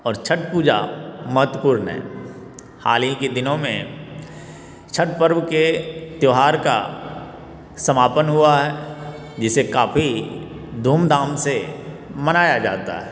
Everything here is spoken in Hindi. और छठ पूजा महत्वपूर्ण है हाल ही की दिनों में छठ पर्व के त्यौहार का समापन हुआ है जिसे काफ़ी धूमधाम से मनाया जाता है